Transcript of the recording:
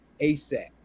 ASAP